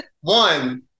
one